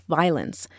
violence